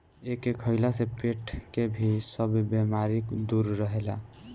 एके खइला से पेट के भी सब बेमारी दूर रहेला